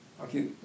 okay